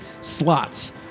Slots